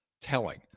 telling